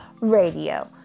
Radio